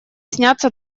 снятся